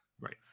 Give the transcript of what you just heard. Right